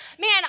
Man